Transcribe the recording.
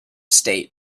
state